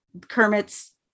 Kermit's